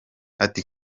ati